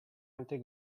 altri